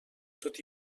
tot